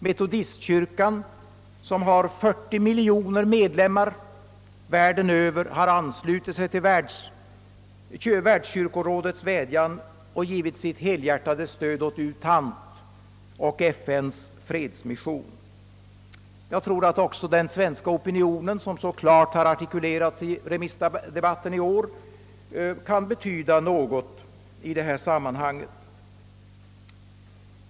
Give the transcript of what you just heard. Metodistkyrkan, som har 40 miljoner medlemmar världen över, har anslutit sig till världskyrkorådets vädjan och givit sitt helhjärtade stöd åt U Thants och FN:s fredsmission. Jag tror också att den svenska opinionen, som så klart kommit till uttryck i remissdebatten i år, kan betyda något i detta sammanhang.